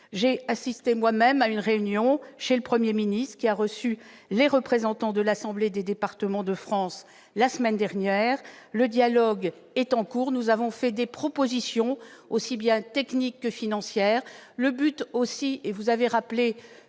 J'ai assisté moi-même à une réunion chez le Premier ministre, avec les représentants de l'Assemblée des départements de France la semaine dernière. Le dialogue est en cours. Nous avons fait des propositions aussi bien techniques que financières. Vous avez rappelé